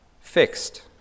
fixed